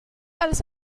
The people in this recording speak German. alles